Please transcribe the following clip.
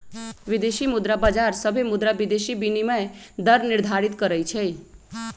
विदेशी मुद्रा बाजार सभे मुद्रा विदेशी विनिमय दर निर्धारित करई छई